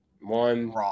one